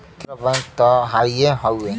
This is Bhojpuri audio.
केन्द्र बैंक त हइए हौ